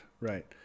right